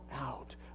out